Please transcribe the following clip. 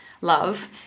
love